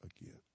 again